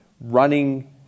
running